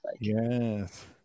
yes